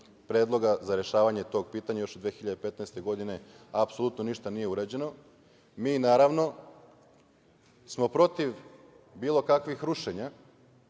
predloga za rešavanje tog pitanja, još od 2015. godine apsolutno ništa nije urađeno, mi smo protiv bilo kakvih rušenja,